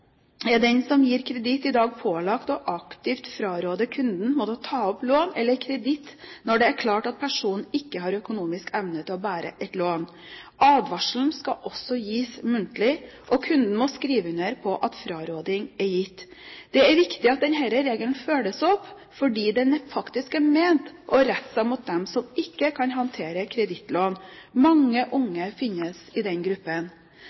er den som gir kreditt i dag, pålagt aktivt å fraråde kunden å ta opp lån eller kreditt når det er klart at personen ikke har økonomisk evne til å bære et lån. Advarselen skal også gis muntlig, og kunden må skrive under på at fraråding er gitt. Det er viktig at denne regelen følges opp, fordi den faktisk er ment nettopp å rette seg mot dem som ikke kan håndtere kredittlån. Mange unge finnes i denne gruppen.